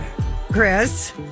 Chris